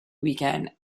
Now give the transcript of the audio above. weekend